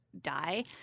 Die